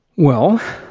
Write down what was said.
well,